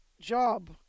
job